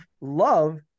love